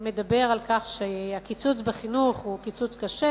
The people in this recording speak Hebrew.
מדבר על כך שהקיצוץ בחינוך הוא קיצוץ קשה,